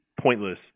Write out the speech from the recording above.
pointless